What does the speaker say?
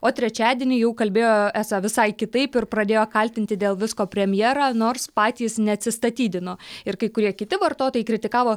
o trečiadienį jau kalbėjo esą visai kitaip ir pradėjo kaltinti dėl visko premjerą nors patys neatsistatydino ir kai kurie kiti vartotojai kritikavo